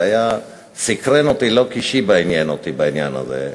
זה סקרן אותי לא כי בית-החולים שיבא עניין אותי בעניין הזה,